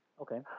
Okay